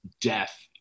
death